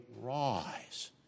Rise